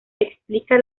explica